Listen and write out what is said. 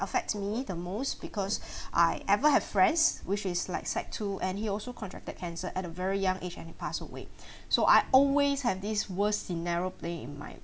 affects me the most because I ever have friends which is like sec two and he also contracted cancer at a very young age and he passed away so I always have this worst scenario plan in my